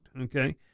okay